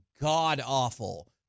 god-awful